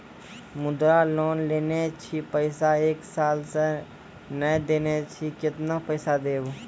मुद्रा लोन लेने छी पैसा एक साल से ने देने छी केतना पैसा देब?